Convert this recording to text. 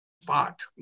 spot